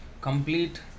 Complete